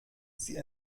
sie